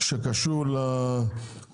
נייר שקשור לקרן,